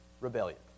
rebellion